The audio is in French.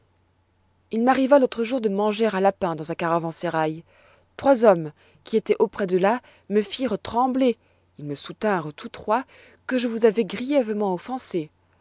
il m'arriva l'autre jour de manger un lapin dans un caravansérail trois hommes qui étoient auprès de là me firent trembler ils me soutinrent tous trois que je vous avois grièvement offensé